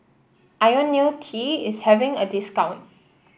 IoniL T is having a discount